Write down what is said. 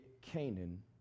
Canaan